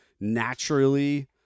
naturally